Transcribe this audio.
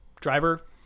driver